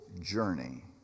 journey